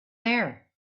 there